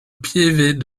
pieve